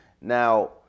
Now